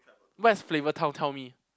what is flavourtown tell me